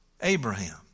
Abraham